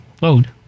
Load